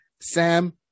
Sam